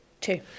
Two